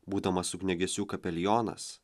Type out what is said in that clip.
būdamas ugniagesių kapelionas